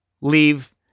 leave